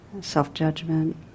self-judgment